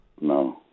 No